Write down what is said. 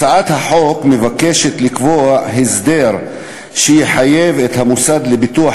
הצעת החוק מבקשת לקבוע הסדר שיחייב את המוסד לביטוח